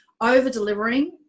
over-delivering